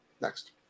next